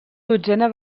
dotzena